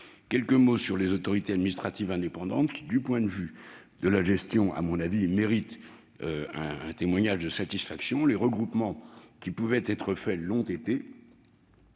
devrions travailler. Les autorités administratives indépendantes, du point de vue de leur gestion, méritent un témoignage de satisfaction. Les regroupements qui pouvaient être faits l'ont été.